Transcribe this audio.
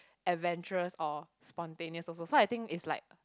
adventurous or spontaneous also so I think it's like